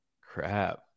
crap